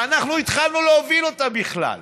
שאנחנו התחלנו להוביל אותה בכלל.